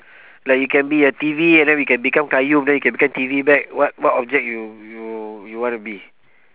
like you can be a T_V and then you can become qayyum then you can become T_V back what what object you you you wanna be